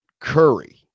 Curry